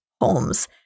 Holmes